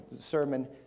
sermon